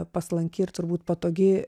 paslanki ir turbūt patogi